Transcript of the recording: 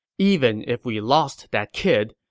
even if we lost that kid,